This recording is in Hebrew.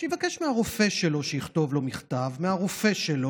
שיבקש מהרופא שלו שיכתוב לו מכתב, מהרופא שלו.